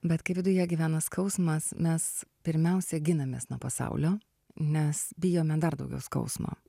bet kai viduje gyvena skausmas mes pirmiausia ginamės nuo pasaulio nes bijome dar daugiau skausmo